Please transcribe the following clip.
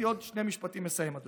אני מסיים עוד